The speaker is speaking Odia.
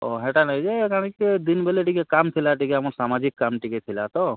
ହଁ ହେଟା ନାଇଁ ଯେ ଆଜ୍ଞା କା'ଣା କି ଦିନ୍ବେଲେ ଟିକେ କାମ୍ ଥିଲା ଟିକେ ଆମର୍ ସାମାଜିକ୍ କାମ୍ ଟିକେ ଥିଲା ତ